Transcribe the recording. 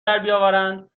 دربیاورند